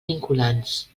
vinculants